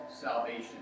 salvation